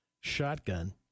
shotgun